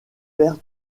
perd